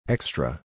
Extra